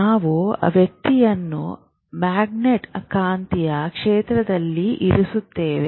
ನಾವು ವ್ಯಕ್ತಿಯನ್ನು ಮ್ಯಾಗ್ನೆಟ್ ಕಾಂತೀಯ ಕ್ಷೇತ್ರದಲ್ಲಿ ಇರಿಸುತ್ತೇವೆ